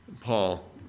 Paul